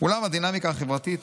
"אולם את הדינמיקה החברתית